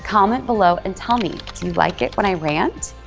comment below and tell me, do you like it when i rant?